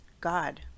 God